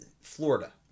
Florida